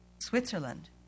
Switzerland